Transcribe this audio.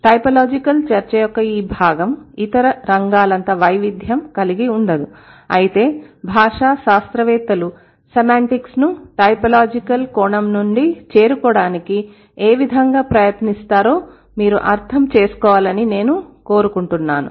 typological చర్చ యొక్క ఈ భాగం ఇతర రంగాలంత వైవిధ్యం కలిగి ఉండదు అయితే భాషాశాస్త్రవేత్తలు సెమాంటిక్స్ ను టైపోలాజికల్ కోణం నుండి చేరుకోవడానికి ఏవిధంగా ప్రయత్నిస్తారో మీరు అర్థం చేసుకోవాలని నేను కోరుకుంటున్నాను